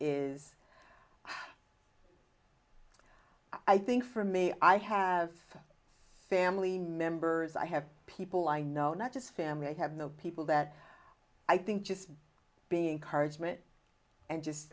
is i think for me i have family members i have people i know not just family have the people that i think just being courage mitt and just